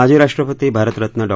माजी राष्ट्रपती भारतरत्न डॉ